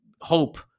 hope